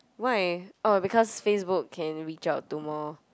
why oh because Facebook can reach out to more